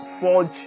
forge